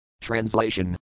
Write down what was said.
Translation